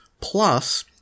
plus